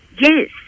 yes